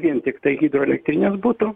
vien tiktai hidroelektrinės būtų